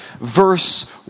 verse